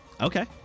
Okay